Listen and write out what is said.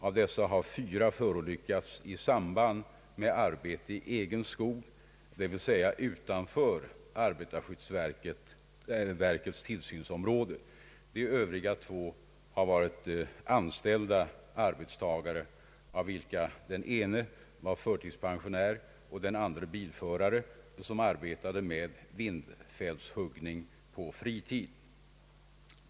Av dessa har fyra förolyckats i samband med arbete i egen skog, d. v. s. utanför arbetarskyddsverkets tillsynsområde; de övriga två har varit anställda arbetstagare, av vilka den ene var förtidspensionär och "den andra bilförare som arbetade med vindfällshuggning på fritid.